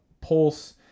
pulse